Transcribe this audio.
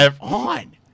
on